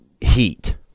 heat